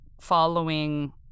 following